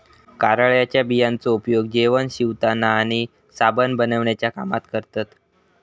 कारळ्याच्या बियांचो उपयोग जेवण शिवताना आणि साबण बनवण्याच्या कामात करतत